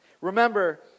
Remember